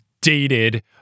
dated